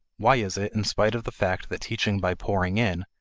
why is it, in spite of the fact that teaching by pouring in,